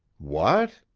what!